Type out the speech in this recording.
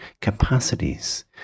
capacities